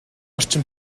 орчин